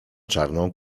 czarną